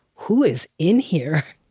who is in here,